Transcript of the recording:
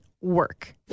work